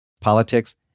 politics